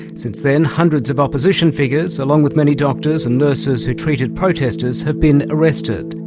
since then, hundreds of opposition figures, along with many doctors and nurses who treated protesters, have been arrested.